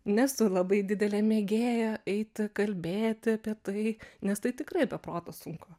nesu labai didelė mėgėja eiti kalbėti apie tai nes tai tikrai be proto sunku